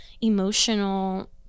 emotional